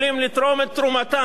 היה עולה פה שאול מופז,